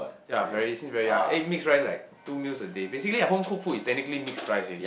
ya very since very young eat mix rice like two meals a day basically a home cooked food is technically mix rice already